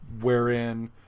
wherein